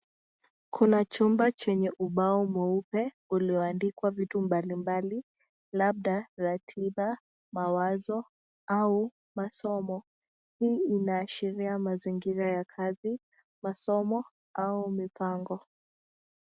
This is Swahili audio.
Kuna chumba chenye ubao mweupe ulioandikwa vitu mbali mbali labda ratiba ,mawazo au masomo hii inaashiria mazingira ya kazi ,masomo au mipango.